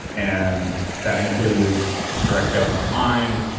and that includes direct sales online,